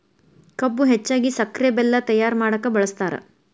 ಕಬ್ಬು ಹೆಚ್ಚಾಗಿ ಸಕ್ರೆ ಬೆಲ್ಲ ತಯ್ಯಾರ ಮಾಡಕ ಬಳ್ಸತಾರ